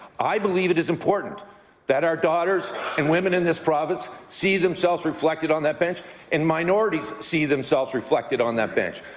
i believe it is important that our daughters and women in this province see themselves reflected on that bench and minorities see themselves reflected on that bench.